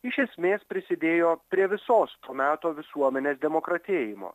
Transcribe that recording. iš esmės prisidėjo prie visos to meto visuomenės demokratėjimo